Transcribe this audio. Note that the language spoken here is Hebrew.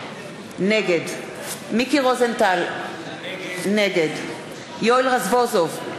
נגד מיקי רוזנטל, נגד יואל רזבוזוב,